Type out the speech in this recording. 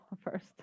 first